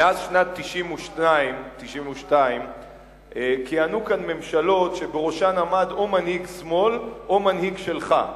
מאז שנת 1992 כיהנו כאן ממשלות שבראשן עמד או מנהיג שמאל או מנהיג שלך,